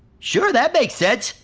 sure that makes sense.